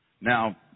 Now